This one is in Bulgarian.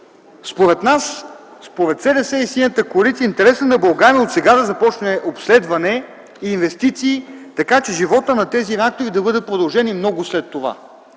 Според нас, според СДС и Синята коалиция интересът на България е от сега да започне обследване и инвестиции, така че животът на тези реактори да бъде продължен и много след това.